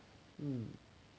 hmm